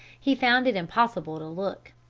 he found it impossible to look.